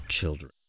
children